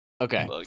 Okay